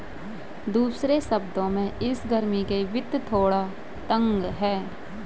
दूसरे शब्दों में, इस गर्मी में वित्त थोड़ा तंग है